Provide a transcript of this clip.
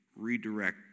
redirect